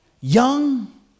young